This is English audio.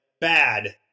bad